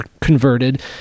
converted